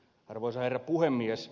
arvoisa herra puhemies